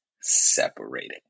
separated